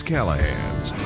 Callahan's